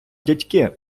дядьки